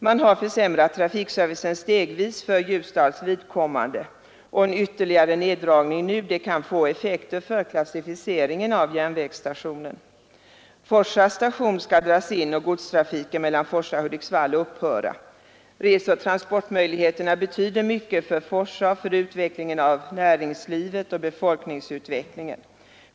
Man har försämrat trafikservicen stegvis för Ljusdals vidkommande, och en ytterligare neddragning nu kan få effekter för klassificeringen av järnvägsstationen. Forsa station skall dras in och godstrafiken mellan Forsa och Hudiksvall upphöra. Reseoch transportmöjligheterna betyder mycket för Forsa — för utvecklingen av näringslivet och för befolkningsutvecklingen.